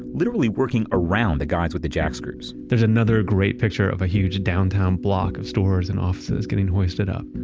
literally working around the guys with the jack screws there's another great picture of a huge downtown block of stores and offices getting hoisted up.